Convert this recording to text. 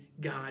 God